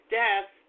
death